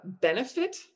benefit